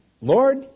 Lord